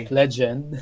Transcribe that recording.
legend